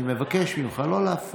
אני מבקש ממך לא להפריע.